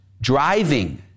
driving